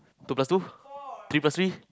two plus two three plus three